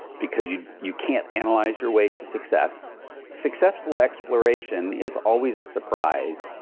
because you you can't analyze your way to success successful exploration is always a surprise,